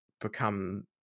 become